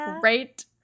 great